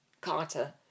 Carter